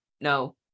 no